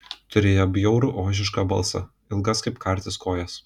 turėjo bjaurų ožišką balsą ilgas kaip kartis kojas